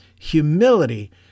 humility